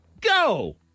Go